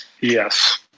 Yes